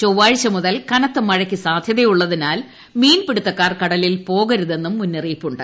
ചൊവ്വാഴ്ച മുതൽ കനത്ത മഴയ്ക്ക് സാധ്യതയുള്ളതിനാൽ മീൻപിടുത്തക്കാർ കടലിൽ പോകരുതെന്നും മുന്നറിയിപ്പുണ്ട്